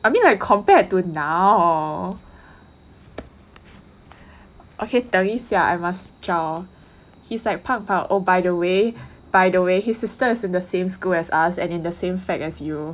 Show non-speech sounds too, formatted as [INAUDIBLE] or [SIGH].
I mean like compared to now [BREATH] okay 等一下 I must 找 he's like 胖胖 oh by the way by the way his sister is in the same school as us and in the same fac as you